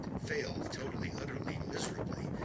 failed totally, utterly, miserably,